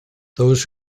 those